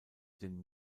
den